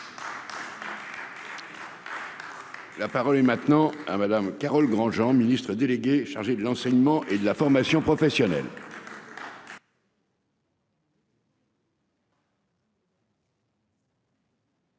La parole est maintenant à Madame Carole Granjean, ministre déléguée chargée de l'enseignement et de la formation professionnelle.